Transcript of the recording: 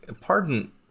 Pardon